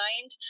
Mind